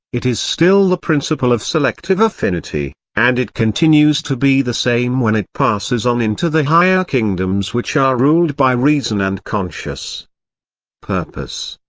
it is still the principle of selective affinity and it continues to be the same when it passes on into the higher kingdoms which are ruled by reason and conscious purpose.